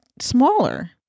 smaller